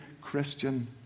Christian